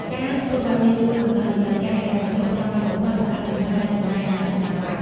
ការធ្វើបែបនេះជួយកំណត់តម្រូវការហិរញ្ញវត្ថុចាំបាច់បំផុត និងកាត់បន្ថយការចំណាយដែលមិនចាំបាច់។